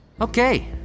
Okay